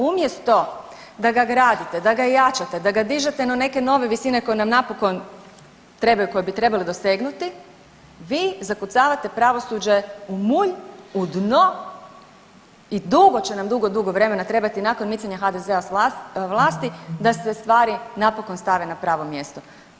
Umjesto da ga gradite, da ga jačate, da ga dižete na neke nove visine koje nam napokon trebaju koje bi trebale dosegnuti, vi zakucavate pravosuđe u mulj, u dno i dugo će nam dugo, dugo vremena nakon micanja HDZ-a s vlasti da se stvari napokon stave na pravo mjesto.